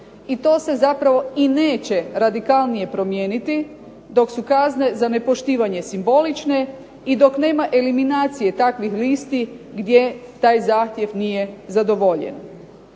i to se zapravo neće radikalnije promijeniti dok su kazne za nepoštivanje simbolične i dok nema eliminacije takvih listi gdje taj zahtjev nije zadovoljen.